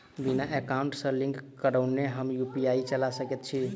बिना एकाउंट सँ लिंक करौने हम यु.पी.आई चला सकैत छी?